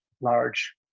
large